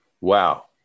Wow